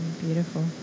beautiful